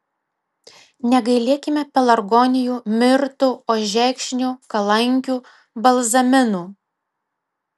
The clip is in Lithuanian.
negailėkime pelargonijų mirtų ožekšnių kalankių balzaminų